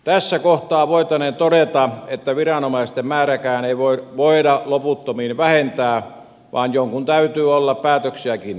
tässä kohtaa voitaneen todeta että viranomaisten määrääkään ei voida loputtomiin vähentää vaan jonkun täytyy olla päätöksiäkin tekemässä